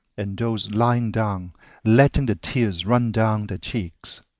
and those lying down letting the tears run down their cheeks.